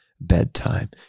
bedtime